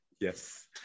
Yes